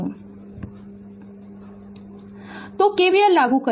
Refer Slide Time 1842 Refer Slide Time 1844 तो KVL लागू करें